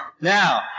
Now